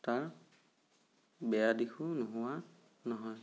তাৰ বেয়া দিশো নোহোৱা নহয়